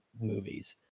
movies